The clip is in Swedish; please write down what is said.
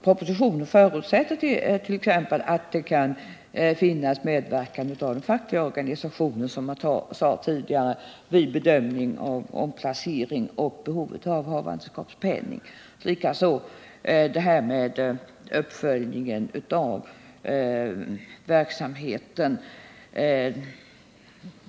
Propositionen förutsätter t.ex. att det kan finnas medverkan av den fackliga organisationen, som jag sade tidigare, vid bedömning av omplacering och behovet av havandeskapspenning. Det är samma sak när det gäller uppföljningen av verksamheten.